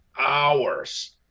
hours